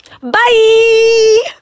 Bye